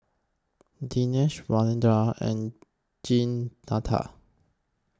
Denisha Alwilda and Jeanetta